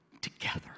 together